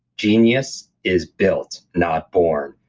genius is built, not born.